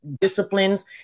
disciplines